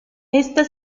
esta